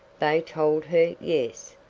they told her yes,